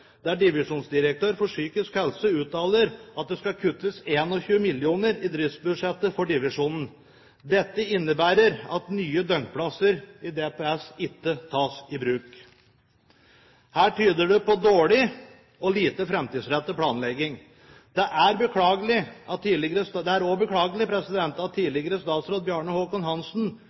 der divisjonsdirektør for psykisk helsevern uttaler at det skal kuttes 21 mill. kr i driftsbudsjettet for divisjonen. Dette innebærer at nye døgnplasser på DPS ikke tas i bruk. Her tyder det på dårlig og lite framtidsrettet planlegging. Det er også beklagelig at tidligere statsråd Bjarne Håkon Hanssen lovte Kløverhagen prosjektmidler, og